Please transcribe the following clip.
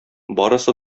барысы